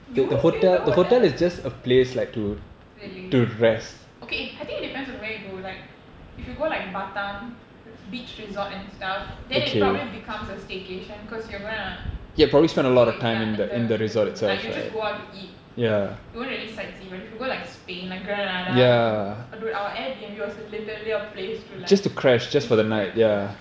you won't stay in the hotel really okay I think it depends on where you go like if you go like batam beach resort and stuff then it probably becomes a staycation cause you are gonna stay ya in the the room like you just go out to eat you won't really sightsee but if you go like spain like dude our airbnb was literally a place to like just to crash ya